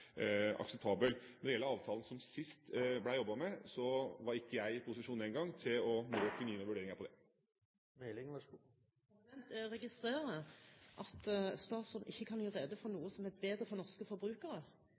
akseptabel. Når det gjelder avtalen man jobbet med sist, var ikke jeg i posisjon den gang til nå å kunne gi noen vurderinger av det. Jeg registrerer at statsråden ikke kan gjøre rede for noe som er bedre for norske forbrukere